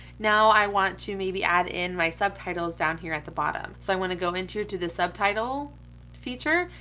now i want to maybe add in my subtitles down here at the bottom. so i want to go into to the subtitle feature,